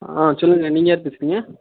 ஆ சொல்லுங்கள் நீங்கள் யார் பேசுகிறீங்க